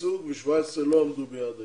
הייצוג ו-17 לא עמדו ביעד הייצוג.